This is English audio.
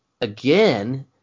again